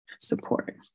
support